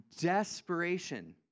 Desperation